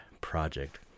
project